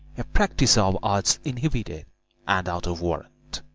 a practiser of arts inhibited and out of warrant